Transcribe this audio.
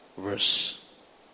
Verse